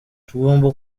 tugomba